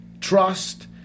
Trust